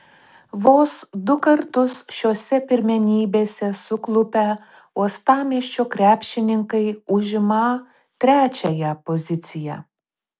vos du kartus šiose pirmenybėse suklupę uostamiesčio krepšininkai užimą trečiąją poziciją